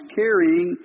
carrying